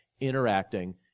interacting